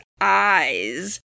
eyes